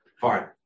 fine